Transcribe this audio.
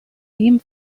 ihm